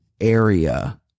area